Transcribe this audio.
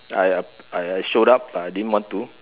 I I showed up but I didn't want to